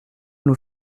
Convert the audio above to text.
nous